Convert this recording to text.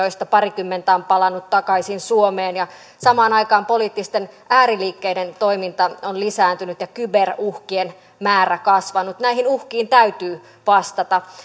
joista parikymmentä on palannut takaisin suomeen samaan aikaan poliittisten ääriliikkeiden toiminta on lisääntynyt ja kyberuhkien määrä kasvanut näihin uhkiin täytyy vastata